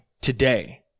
today